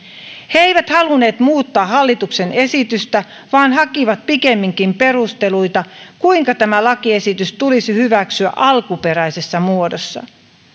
he he eivät halunneet muuttaa hallituksen esitystä vaan hakivat pikemminkin perusteluita kuinka tämä lakiesitys tulisi hyväksyä alkuperäisessä muodossaan